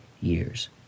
years